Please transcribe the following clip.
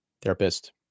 therapist